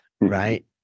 right